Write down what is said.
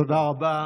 תודה רבה.